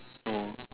oh